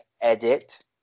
edit